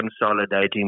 consolidating